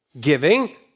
Giving